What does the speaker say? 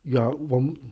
ya 我们